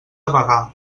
bagà